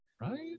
right